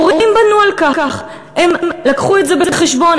הורים בנו על כך, הם לקחו את זה בחשבון.